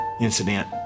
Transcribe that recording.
incident